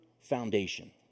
foundation